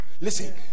Listen